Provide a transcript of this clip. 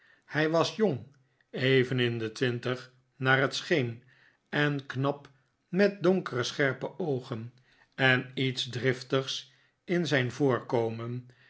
hij was jong even in de twintig naar het scheen en knap met donkere scherpe oogen en lets driftigs in zijn voorkomen